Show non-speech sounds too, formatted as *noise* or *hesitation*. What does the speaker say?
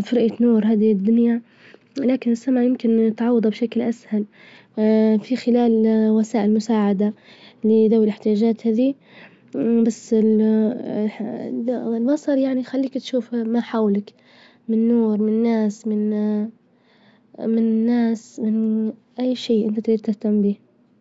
في رؤية نور هذه الدنيا، ولكن السمع يمكن تعوظه بشكل أسهل *hesitation* في خلال وسائل مساعدة لذوي الاحتياجات هذي، بس *hesitation* البصر يعني يخليك تشوف ما حولك، من نور من ناس من *hesitation* من ناس من أي شي إنت تهتم بيه.